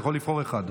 אתה יכול לבחור אחד.